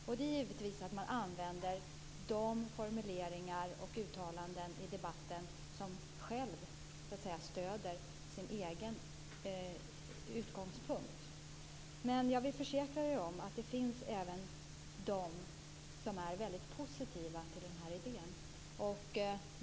Man använder givetvis de formuleringar och uttalanden som stöder ens egen utgångspunkt. Men jag försäkrar att det också finns de som är väldigt positiva till idén.